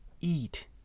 eat